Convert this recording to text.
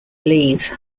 leave